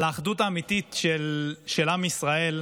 על האחדות האמיתית של עם ישראל,